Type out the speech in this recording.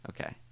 okay